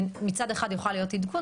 מצד אחד יכול להיות עדכון,